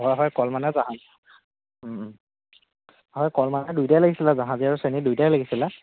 হয় হয় কল মানে জাহাজী হয় কল মানে দুইটাই লাগিছিলে জাহাজী আৰু চেনি দুইটাই লাগিছিলে